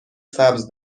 سبز